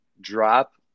drop